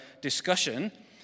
discussion